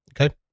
Okay